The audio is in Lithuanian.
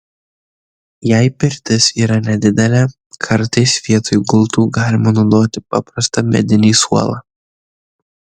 jei pirtis yra nedidelė kartais vietoj gultų galima naudoti paprastą medinį suolą